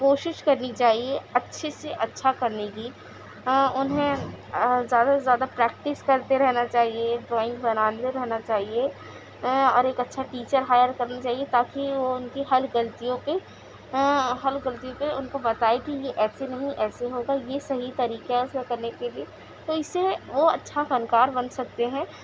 کوشش کرنی چاہیے اچھے سے اچھا کرنے کی انہیں زیادہ سے زیادہ پریکٹس کرتے رہنا چاہیے ڈرائنگ بناتے رہنا چاہیے اور ایک اچھا ٹیچر ہائر کرنا چاہیے تاکہ وہ ان کی ہر غلطیوں پہ ہر غلطی پہ ان کو بتائے کہ یہ ایسے نہیں ایسے ہوگا یہ صحیح طریقہ ہے اس کو کرنے کے لیے تو اس سے وہ اچھا فنکار بن سکتے ہیں